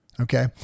Okay